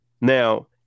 now